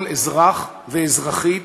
כל אזרח ואזרחית